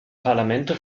parlamente